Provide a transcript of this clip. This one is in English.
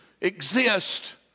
exist